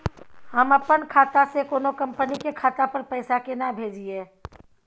हम अपन खाता से कोनो कंपनी के खाता पर पैसा केना भेजिए?